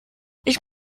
ich